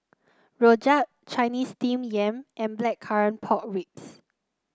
Rojak Chinese Steamed Yam and Blackcurrant Pork Ribs